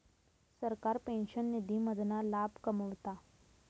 सरकार पेंशन निधी मधना लाभ कमवता